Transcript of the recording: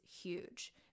huge